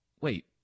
wait